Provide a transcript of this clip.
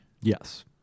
Yes